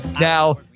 now